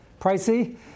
pricey